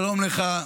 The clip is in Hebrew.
שלום לך,